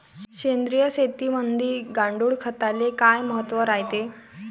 सेंद्रिय शेतीमंदी गांडूळखताले काय महत्त्व रायते?